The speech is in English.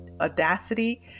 Audacity